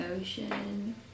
ocean